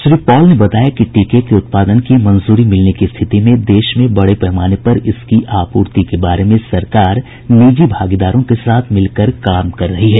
Shri Paul ने बताया कि टीके के उत्पादन की मंजूरी मिलने की स्थिति में देश में बड़े पैमाने पर इसकी आपूर्ति के बारे में सरकार निजी भागीदारों के साथ मिलकर काम कर रही है